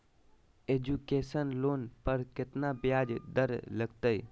Education loan पर केतना ब्याज दर लगतई?